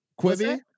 Quibi